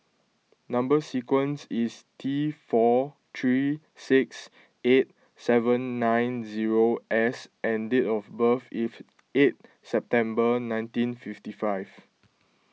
Number Sequence is T four three six eight seven nine zero S and date of birth is eight September nineteen fifty five